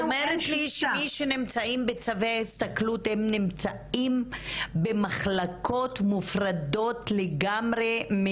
ואת אומרת לי שמי שנמצאים בצווי הסתכלות נמצאים במחלקות מופרדות לגמרי?